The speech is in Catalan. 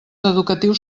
educatius